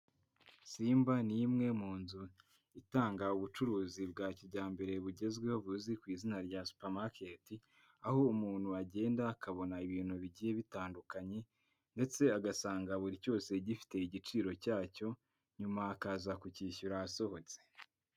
Simba ni imwe mu nzu itanga ubucuruzi bwa kijyambere bugezweho buzwi ku izina rya supamaketi, aho umuntu agenda akabona ibintu bigiye bitandukanye ndetse agasanga buri cyose gifite igiciro cyacyo, nyuma akaza kucyishyura asohotse.